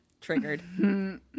Triggered